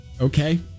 Okay